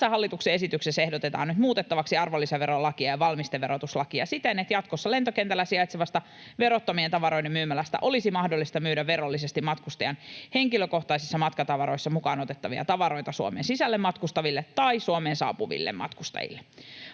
Tässä hallituksen esityksessä ehdotetaan nyt muutettavaksi arvonlisäverolakia ja valmisteverotuslakia siten, että jatkossa lentokentällä sijaitsevasta verottomien tavaroiden myymälästä olisi mahdollista myydä verollisesti matkustajan henkilökohtaisissa matkatavaroissa mukaan otettavia tavaroita Suomen sisällä matkustaville tai Suomeen saapuville matkustajille.